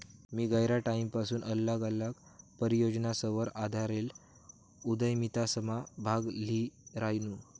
मी गयरा टाईमपसून आल्लग आल्लग परियोजनासवर आधारेल उदयमितासमा भाग ल्ही रायनू